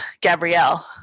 Gabrielle